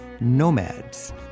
Nomads